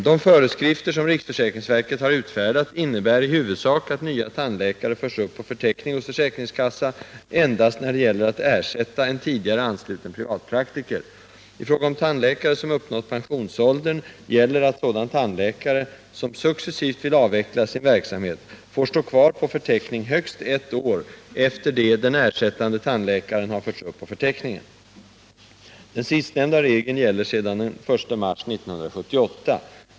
De föreskrifter som riksförsäkringsverket utfärdat innebär i huvudsak att nya tandläkare förs upp på förteckning hos försäkringskassa endast när det gäller att ersätta en tidigare ansluten privatpraktiker. I fråga om tandläkare som uppnått pensionsåldern gäller att sådan tandläkare som successivt vill avveckla sin verksamhet, får stå kvar på förteckning högst ett år efter det den ersättande tandläkaren förts upp på förteckningen. Den sistnämnda regeln gäller sedan den 1 mars 1978.